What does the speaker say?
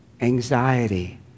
anxiety